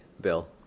Bill